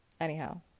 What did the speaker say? Anyhow